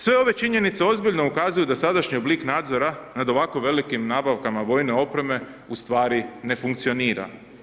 Sve ove činjenice ozbiljno ukazuju da sadašnji oblik nadzora nad ovako velikim nabavkama vojne opreme u stvari ne funkcionira.